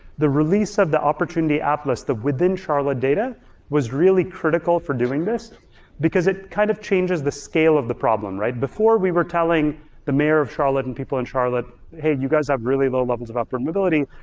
the release of the opportunity atlas within charlotte data was really critical for doing this because it kind of changes the scale of the problem, right? before we were telling the mayor of charlotte and people in charlotte hey, you guys have really low levels of upward mobility,